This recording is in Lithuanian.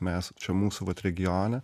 mes čia mūsų vat regione